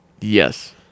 yes